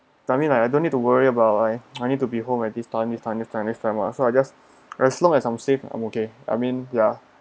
I mean like I don't need to worry about I I need to be home at this time this time this time this time lah so I just as long as I'm safe I'm okay I mean ya